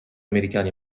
americani